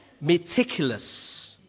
meticulous